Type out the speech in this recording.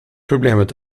problemet